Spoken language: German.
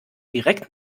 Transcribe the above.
direkt